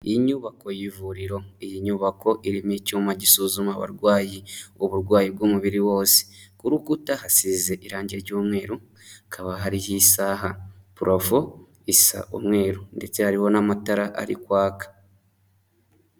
Inyubako y'ivuriro iyi nyubako irimo icyuma gisuzuma abarwayi, uburwayi bw'umubiri wose, ku rukuta hasize irange ry'umweru hakaba hariho isaha, purafo isa umweru ndetse hariho n'amatara ari kwaka.